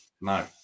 No